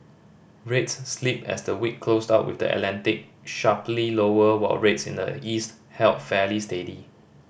rates slipped as the week closed out with the Atlantic sharply lower while rates in the east held fairly steady